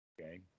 Okay